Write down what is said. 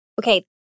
Okay